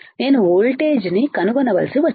నేను వోల్టేజ్ను కనుగొనవలసి వచ్చింది